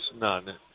none